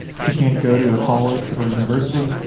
if you can't go to a college or university,